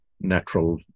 natural